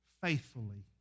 faithfully